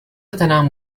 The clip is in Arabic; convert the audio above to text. تنام